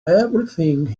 everything